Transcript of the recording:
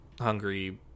hungry